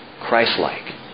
Christ-like